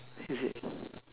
is it